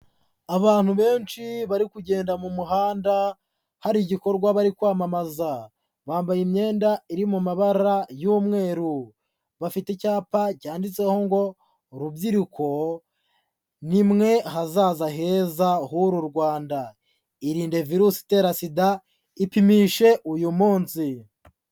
Abantu benshi bari kugenda mu muhanda hari igikorwa bari kwamamaza, bambaye imyenda iri mu mabara y'umweru, bafite icyapa cyanditseho ngo urubyiruko ni mwe hazaza heza h'uru Rwanda irinde virusi itera SIDA, ipimishe uyu munsi.